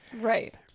right